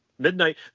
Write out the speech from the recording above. midnight